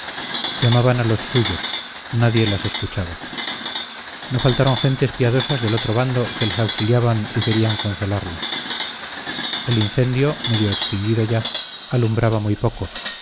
nuevo llamaban a los suyos nadie las escuchaba no faltaron gentes piadosas del otro bando que las auxiliaban y querían consolarlas el incendio medio extinguido ya alumbraba muy poco